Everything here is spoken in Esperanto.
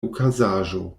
okazaĵo